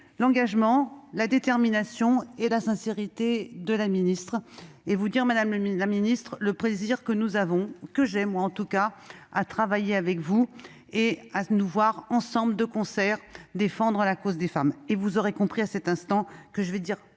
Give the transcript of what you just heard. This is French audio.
l'engagement, la détermination et la sincérité de Mme la ministre et vous dire, madame, le plaisir que nous avons- que j'ai, en tout cas -à travailler avec vous et à défendre ensemble, de concert, la cause des femmes. Vous aurez compris, à cet instant, que je vais dire